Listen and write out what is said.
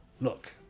Look